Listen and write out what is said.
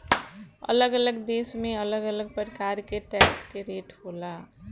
अलग अलग देश में अलग अलग प्रकार के टैक्स के रेट होला